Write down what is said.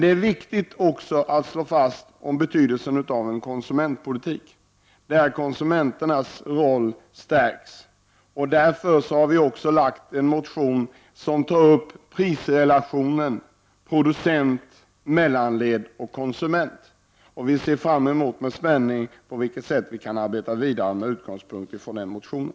Det är också viktigt att slå fast betydelsen av en konsumentpolitik i vilken konsumenternas roll stärks. Vi har därför också väckt en motion i vilken vi tar upp prisrelationen i ledet producent, mellanled och konsument. Vi ser med spänning fram mot på vilket sätt vi kan arbeta vidare med utgångspunkt från den motionen.